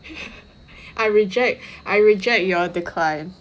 I reject I reject your decline